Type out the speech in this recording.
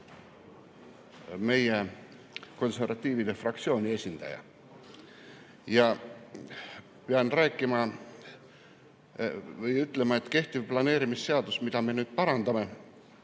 meie konservatiivide fraktsiooni esindaja ja pean rääkima või ütlema, et kehtiv planeerimisseadus, mida me nüüd parandame,